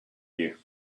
you